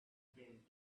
been